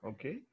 Okay